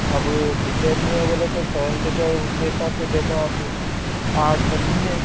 اب کتنے آدمی ہے بولے تو سیون سیٹر اس کے حساب سے دیکھو آپ آٹھ آدمی ہیں